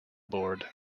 board